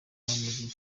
mugihe